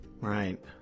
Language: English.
Right